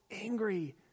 angry